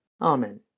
Amen